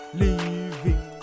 leaving